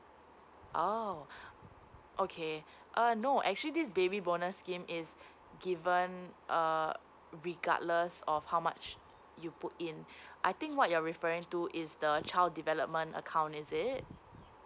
oo okay uh no actually this baby bonus scheme is given uh regardless of how much you put in I think what you're referring to is the child development account is it